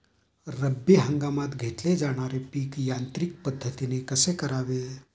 रब्बी हंगामात घेतले जाणारे पीक यांत्रिक पद्धतीने कसे करावे?